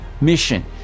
mission